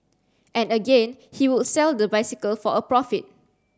and again he would sell the bicycle for a profit